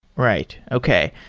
right. okay.